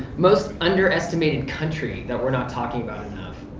most underestimated country that we're not talking about enough?